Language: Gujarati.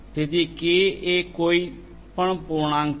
તેથી K એ કોઈપણ પૂર્ણાંક છે